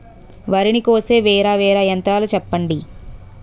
వరి ని కోసే వేరా వేరా యంత్రాలు చెప్పండి?